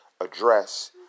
address